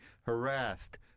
harassed